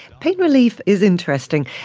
pain relief is interesting.